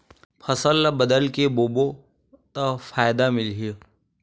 फसल ल बदल के बोबो त फ़ायदा मिलही?